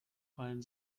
fallen